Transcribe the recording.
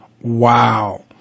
Wow